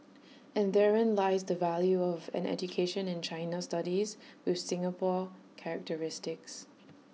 and therein lies the value of an education in China studies with Singapore characteristics